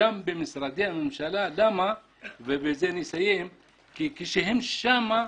גם במשרדי הממשלה כי כשהם שם,